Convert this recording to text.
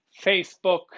Facebook